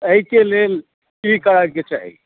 तऽ एहिके लेल की करय के चाही